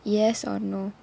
yes or no